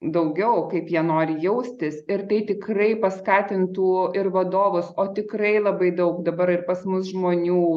daugiau kaip jie nori jaustis ir tai tikrai paskatintų ir vadovus o tikrai labai daug dabar ir pas mus žmonių